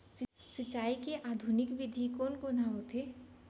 सिंचाई के आधुनिक विधि कोन कोन ह होथे?